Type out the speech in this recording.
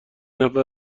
نفر